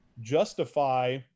justify